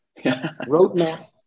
roadmap